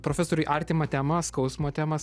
profesoriui artimą temą skausmo temą